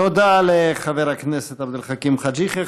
תודה לחבר הכנסת עבד אל חכים חאג' יחיא.